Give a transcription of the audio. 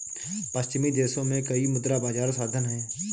पश्चिमी देशों में कई मुद्रा बाजार साधन हैं